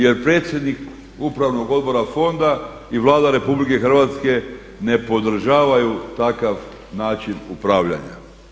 Jer predsjednik upravnog odbora fonda i Vlada RH ne podržavaju takav način upravljanja.